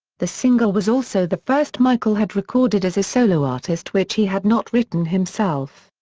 the single was also the first michael had recorded as a solo artist which he had not written himself.